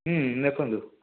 ଲେଖନ୍ତୁ